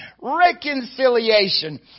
Reconciliation